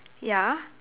ya